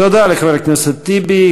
תודה לחבר הכנסת טיבי.